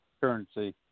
currency